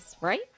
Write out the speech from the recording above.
right